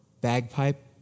bagpipe